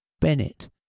Bennett